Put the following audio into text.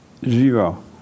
Zero